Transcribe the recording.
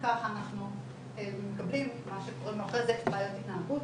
מה שאנחנו מקבלים אחרי זה כבעיות התנהגות.